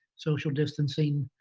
social distancing,